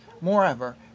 moreover